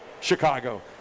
Chicago